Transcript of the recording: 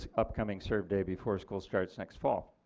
upcoming survey before school starts next fall.